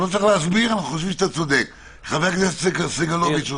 חבר הכנסת סגלוביץ.